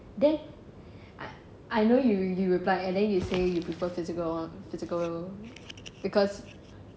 then I I know you you reply and then you say you prefer physical [one] physical because